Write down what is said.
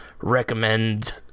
recommend